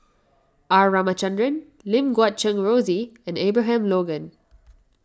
R Ramachandran Lim Guat Kheng Rosie and Abraham Logan